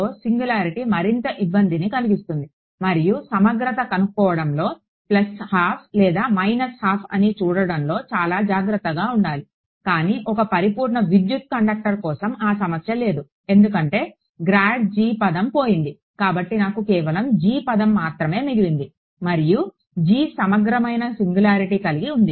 తో సింగులారిటీ మరింత ఇబ్బందిని కలిగిస్తుంది మరియు సమగ్రత కనుక్కోవడంలో ½ లేదా ½ అని చూడడంలో చాలా జాగ్రత్తగా ఉండాలి కానీ ఒక పరిపూర్ణ విద్యుత్ కండక్టర్ కోసం ఆ సమస్య లేదు ఎందుకంటే గ్రాడ్ g పదం పోయింది కాబట్టి నాకు కేవలం g పదం మాత్రమే మిగిలింది మరియు g సమగ్రమైన సింగులారిటీ కలిగి ఉంది